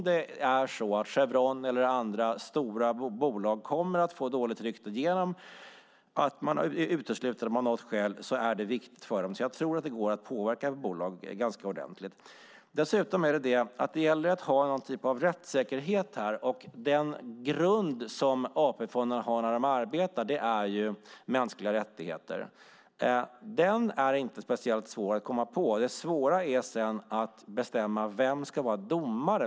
Det är viktigt för Chevron eller andra stora bolag om de kommer att få dåligt rykte eller bli uteslutna av något skäl. Jag tror att det går att påverka bolag ordentligt. Det gäller att ha någon typ av rättssäkerhet här. Den grund som AP-fonderna har i sitt arbete är mänskliga rättigheter. Den grunden är inte speciellt svår att komma på. Det svåra är sedan att bestämma vem som ska vara domare.